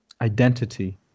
identity